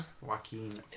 Joaquin